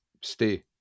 stay